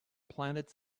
planet